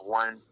one